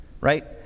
right